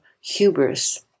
hubris